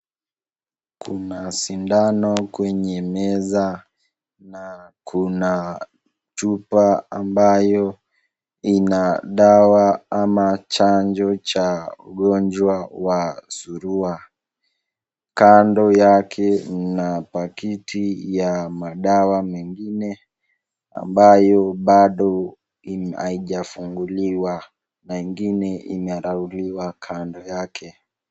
Kuna sindano kwenye meza na kuna chupa ambayo ina dawa ama chanjo cha ugonjwa wa Surua. Kando yake mna pakiti ya madawa mengine ambayo bado haijafunguliwa na ingine imeraruliwa kando yake